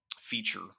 Feature